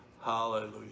Hallelujah